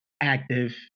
active